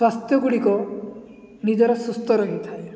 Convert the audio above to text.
ସ୍ୱାସ୍ଥ୍ୟ ଗୁଡ଼ିକ ନିଜର ସୁସ୍ଥ ରହିଥାଏ